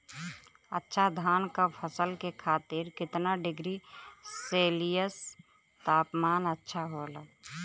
अच्छा धान क फसल के खातीर कितना डिग्री सेल्सीयस तापमान अच्छा होला?